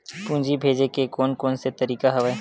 पूंजी भेजे के कोन कोन से तरीका हवय?